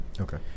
Okay